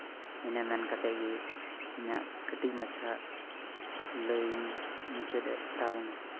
ᱤᱱᱟᱹ ᱢᱮᱱ ᱠᱟᱛᱮᱫ ᱜᱮ ᱤᱧᱟᱹᱜ ᱠᱟᱹᱴᱤᱡ ᱢᱟᱪᱷᱟ ᱞᱟᱹᱭ ᱤᱧ ᱢᱩᱪᱟᱹᱫ ᱮᱫ ᱛᱟᱵᱳᱱᱟ